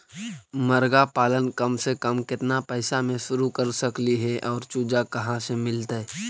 मरगा पालन कम से कम केतना पैसा में शुरू कर सकली हे और चुजा कहा से मिलतै?